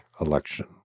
election